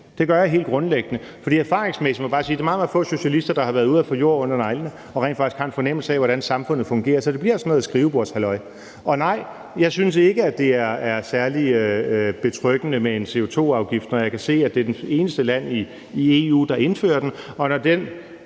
Det gør jeg helt grundlæggende, for erfaringsmæssigt må jeg bare sige, at det er meget, meget få socialister, der har været ude at få jord under neglene og rent faktisk har en fornemmelse af, hvordan samfundet fungerer, så det bliver sådan noget skrivebordshalløj. Og nej, jeg synes ikke, det er særlig betryggende med en CO2-afgift, når jeg kan se, at det er det eneste i land i EU, der indfører den,